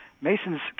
Mason's